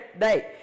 day